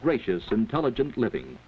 gracious intelligent living